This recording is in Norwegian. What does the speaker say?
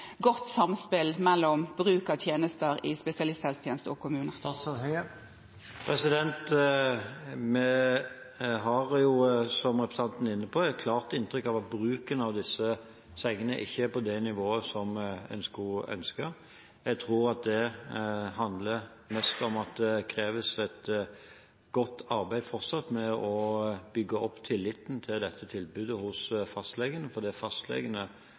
godt samspill mellom bruk av tjenester i spesialisthelsetjeneste og kommune? Vi har, som representanten er inne på, et klart inntrykk av at bruken av disse sengene ikke er på det nivået som en skulle ønske. Jeg tror at det handler mest om at det kreves et godt arbeid fortsatt med å bygge opp tilliten til dette tilbudet hos fastlegene, for det er